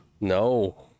No